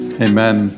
Amen